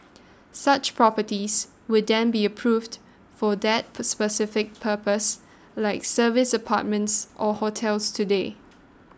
such properties would then be approved for that specific purpose like service apartments or hotels today